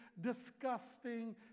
disgusting